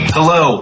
Hello